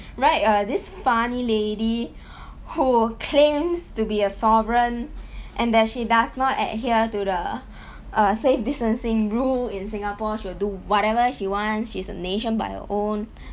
right err this funny lady who claims to be a sovereign and that she does not adhere to the err safe distancing rule in singapore she'll do whatever she wants she's a nation by her own